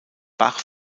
bach